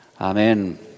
Amen